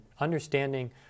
understanding